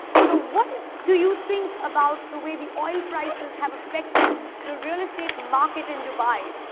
so what do you think about the way the oil prices have affected the real estate market in dubai?